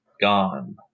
gone